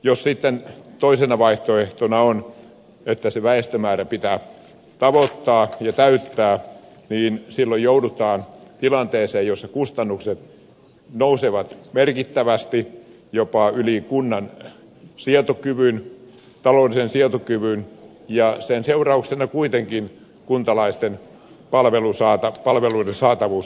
jos sitten toisena vaihtoehtona on että se väestömäärä pitää tavoittaa ja täyttää niin silloin joudutaan tilanteeseen jossa kustannukset nousevat merkittävästi jopa yli kunnan taloudellisen sietokyvyn ja sen seurauksena kuitenkin kuntalaisten palveluiden saatavuus heikkenee